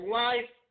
life